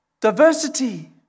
diversity